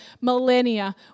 millennia